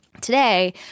Today